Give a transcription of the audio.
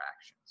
actions